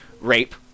rape